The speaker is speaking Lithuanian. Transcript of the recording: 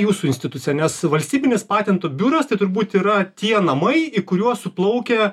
jūsų institucija nes valstybinis patentų biuras tai turbūt yra tie namai į kuriuos suplaukia